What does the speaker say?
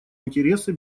интересы